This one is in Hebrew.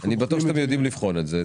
אני בטוח שאתם יודעים לבחון את זה.